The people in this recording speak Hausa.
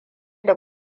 da